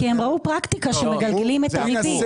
כי הם ראו פרקטיקה שמגלגלים את הריבית.